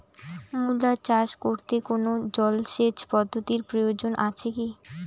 মূলা চাষ করতে কোনো জলসেচ পদ্ধতির প্রয়োজন আছে কী?